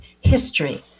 history